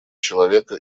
человека